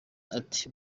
ati